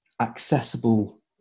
accessible